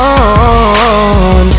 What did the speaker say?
on